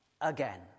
again